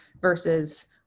versus